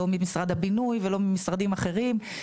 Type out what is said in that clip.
לא ממשרד הבינוי ולא ממשרדים אחרים.